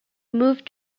moved